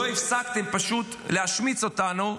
לא הפסקתם פשוט להשמיץ אותנו,